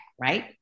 right